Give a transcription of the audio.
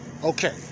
Okay